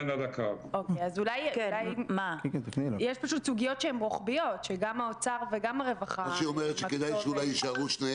פשוט סוגיות שהן רוחביות שגם האוצר וגם הרווחה הם הכתובות.